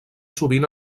sovint